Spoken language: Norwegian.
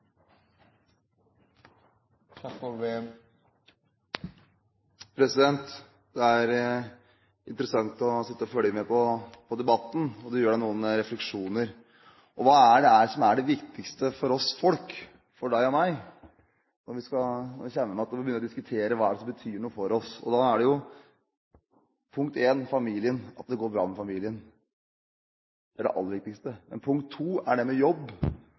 interessant å sitte og følge med på debatten, og du gjør deg noen refleksjoner: Hva er det som er det viktigste for oss folk – for deg og meg – når vi kommer tilbake til hva det er som betyr noe for oss? Da er det jo punkt én: familien – at det går bra med familien. Det er det aller viktigste. Punkt to er dette med jobb,